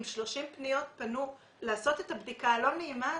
אם 30 פניות פנו לעשות את הבדיקה הלא נעימה הזאת,